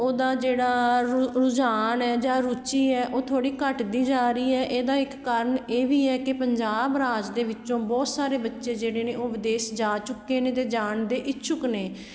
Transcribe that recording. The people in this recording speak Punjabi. ਉਹਦਾ ਜਿਹੜਾ ਰੁ ਰੁ ਰੁਝਾਨ ਹੈ ਜਾਂ ਰੁਚੀ ਹੈ ਉਹ ਥੋੜ੍ਹੀ ਘਟਦੀ ਜਾ ਰਹੀ ਹੈ ਇਹਦਾ ਇੱਕ ਕਾਰਨ ਇਹ ਵੀ ਹੈ ਕਿ ਪੰਜਾਬ ਰਾਜ ਦੇ ਵਿੱਚੋਂ ਬਹੁਤ ਸਾਰੇ ਬੱਚੇ ਜਿਹੜੇ ਨੇ ਉਹ ਵਿਦੇਸ਼ ਜਾ ਚੁੱਕੇ ਨੇ ਅਤੇ ਜਾਣ ਦੇ ਇਛੁੱਕ ਨੇ